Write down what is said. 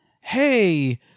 Hey